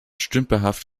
stümperhaft